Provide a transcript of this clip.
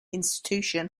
institution